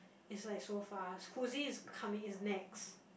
it's like so fast Whoozy is coming he is next